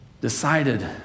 decided